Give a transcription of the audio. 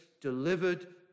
delivered